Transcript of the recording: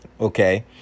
okay